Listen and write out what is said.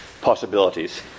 possibilities